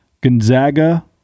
Gonzaga